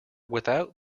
without